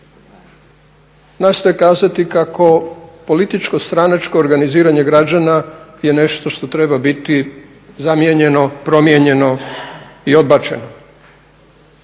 nastoje kazati kako političko stranačko organiziranje građana je nešto što treba biti zamijenjeno, promijenjeno i odbačeno.